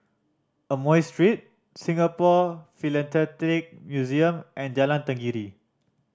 Amoy Street Singapore Philatelic Museum and Jalan Tenggiri